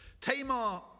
Tamar